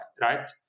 right